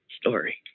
story